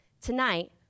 Tonight